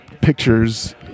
pictures